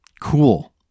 Cool